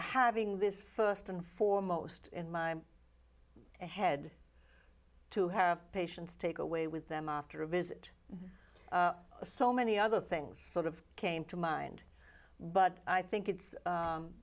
having this first and foremost in my head to have patients take away with them after a visit so many other things sort of came to mind but i think it's